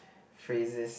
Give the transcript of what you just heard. phrases